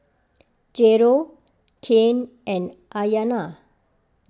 Jairo Cain and Ayana